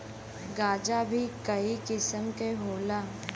गांजा भीं कई किसिम के होला